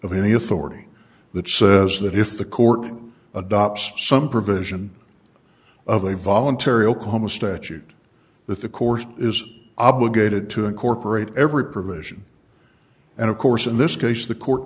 of any authority that says that if the court adopts some provision of a voluntary oklahoma statute that the course is obligated to incorporate every provision and of course in this case the court